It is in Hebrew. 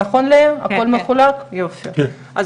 פה